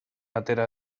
atera